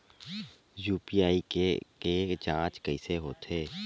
UPI के के जांच कइसे होथे?